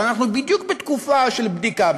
אבל אנחנו בדיוק בתקופה של בדיקה,